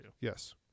Yes